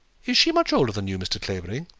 is she much older than you, mr. clavering?